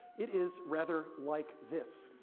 it is rather like this.